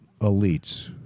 elites